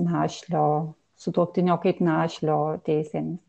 našlio sutuoktinio kaip našlio teisėmis